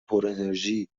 پرانرژی